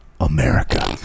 America